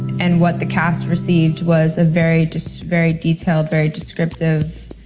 and what the cast received was very very detailed, very descriptive.